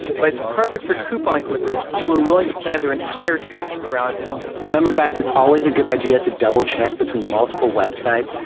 but it's perfect for coupon clippers who are willing to plan their entire trip around a discount. remember, guys. it's always a good idea to double check between multiple websites,